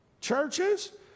churches